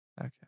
Okay